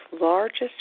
largest